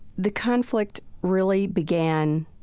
the conflict really began